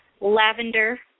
Lavender